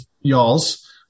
y'all's